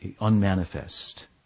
unmanifest